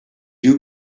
you